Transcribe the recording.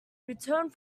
returned